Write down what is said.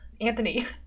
Anthony